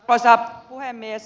arvoisa puhemies